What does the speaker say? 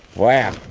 wow.